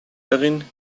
darin